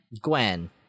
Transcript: Gwen